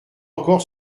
encore